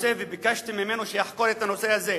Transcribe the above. וביקשתי ממנו שיחקור את הנושא הזה.